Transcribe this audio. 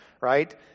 right